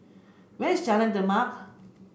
where's Jalan Demak